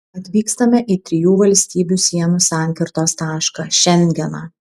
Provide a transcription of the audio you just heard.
atvykstame į trijų valstybių sienų sankirtos tašką šengeną